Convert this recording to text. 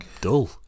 dull